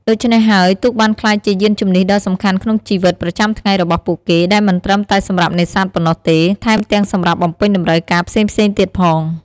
ដូច្នេះហើយទូកបានក្លាយជាយានជំនិះដ៏សំខាន់ក្នុងជីវិតប្រចាំថ្ងៃរបស់ពួកគេ ដែលមិនត្រឹមតែសម្រាប់នេសាទប៉ុណ្ណោះទេ ថែមទាំងសម្រាប់បំពេញតម្រូវការផ្សេងៗទៀតផង។